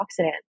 antioxidant